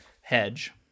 hedge